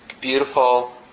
beautiful